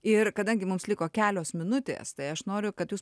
ir kadangi mums liko kelios minutės tai aš noriu kad jūs